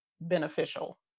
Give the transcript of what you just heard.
beneficial